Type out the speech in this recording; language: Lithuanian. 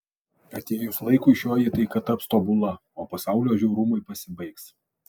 atėjus laikui šioji taika taps tobula o pasaulio žiaurumai pasibaigs